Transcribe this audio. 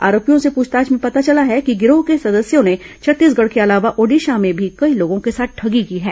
आरोपियों से पूछताछ में पता चला है कि गिरोह के सदस्यों ने छत्तीसगढ़ के अलावा ओडिशा में भी कई लोगों के साथ ठगी की है